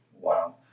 Wow